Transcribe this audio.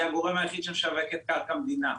היא הגורם היחיד שמשווק קרקע מדינה.